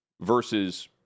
versus